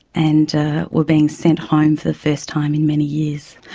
and were being sent home for the first time in many years.